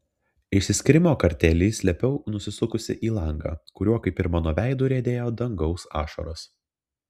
išsiskyrimo kartėlį slėpiau nusisukusi į langą kuriuo kaip ir mano veidu riedėjo dangaus ašaros